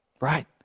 Right